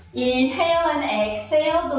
inhale and exhale,